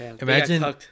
imagine